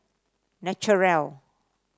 naturel